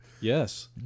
Yes